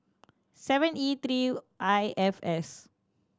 seven E three I F S